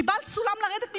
קיבלת סולם לרדת ממנו.